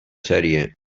sèrie